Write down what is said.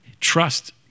trust